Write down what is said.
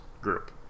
group